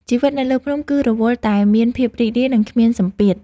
ជីវិតនៅលើភ្នំគឺរវល់តែមានភាពរីករាយ និងគ្មានសម្ពាធ។